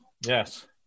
Yes